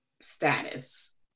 status